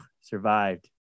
survived